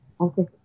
Okay